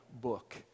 book